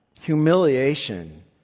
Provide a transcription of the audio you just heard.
humiliation